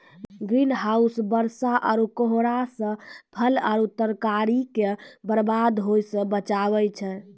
green house बरसा आरु कोहरा से फल आरु तरकारी के बरबाद होय से बचाबै छै